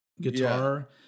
Guitar